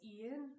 Ian